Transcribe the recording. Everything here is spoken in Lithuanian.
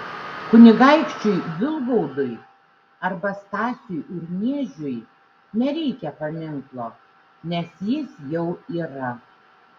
kunigaikščiui vilgaudui arba stasiui urniežiui nereikia paminklo nes jis jau yra